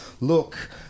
look